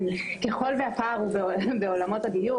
ככל שהפער הוא בעולמות הדיור,